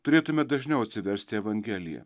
turėtume dažniau atsiversti evangeliją